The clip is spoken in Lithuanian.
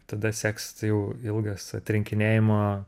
tada seks jau ilgas atrinkinėjimo